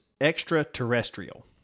Extraterrestrial